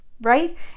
right